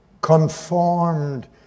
conformed